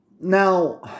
Now